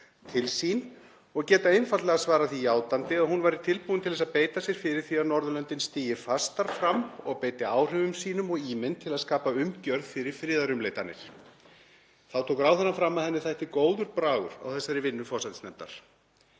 til sín og gæti einfaldlega svarað því játandi að hún væri tilbúin til að beita sér fyrir því að Norðurlöndin stígi fastar fram og beiti áhrifum sínum og ímynd til að skapa umgjörð fyrir friðarumleitanir. Þá tók ráðherrann fram að henni þætti góður bragur á þessari vinnu forsætisnefndar.